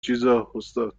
چیزا، استاد